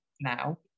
now